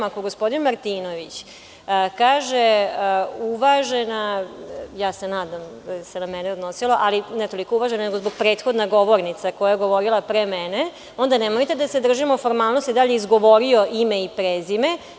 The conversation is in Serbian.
Ako gospodin Martinović kaže – uvažena, nadam se da se na mene odnosilo, ne toliko zbog uvažena, nego zbog - prethodna govornica koja je govorila pre mene, onda nemojte da se držimo formalnosti da li je izgovorio ime i prezime.